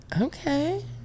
Okay